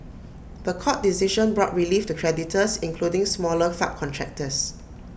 The Court decision brought relief to creditors including smaller subcontractors